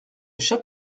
chaque